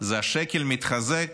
זה השקל מתחזק,